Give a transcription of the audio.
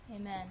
Amen